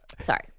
Sorry